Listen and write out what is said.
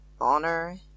Honor